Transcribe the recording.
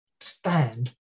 stand